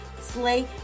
slay